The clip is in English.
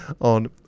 on